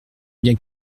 bien